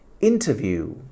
Interview